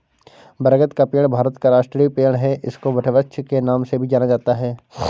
बरगद का पेड़ भारत का राष्ट्रीय पेड़ है इसको वटवृक्ष के नाम से भी जाना जाता है